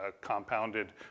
compounded